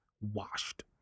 Washed